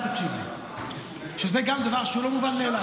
אני בעד שתקשיב לי,